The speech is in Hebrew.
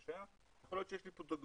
מה שהיה, יכול להיות שיש לי פה דוגמאות.